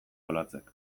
olatzek